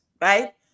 Right